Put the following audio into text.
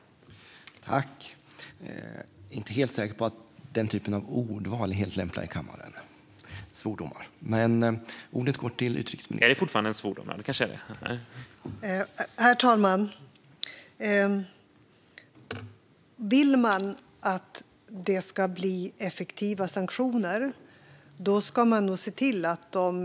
Ja, det kanske det är.